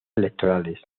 electorales